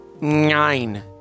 nine